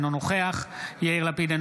אינו נוכח יאיר לפיד,